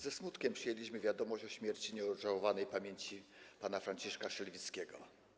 Ze smutkiem przyjęliśmy wiadomość o śmierci nieodżałowanej pamięci pana Franciszka Szelwickiego.